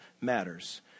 matters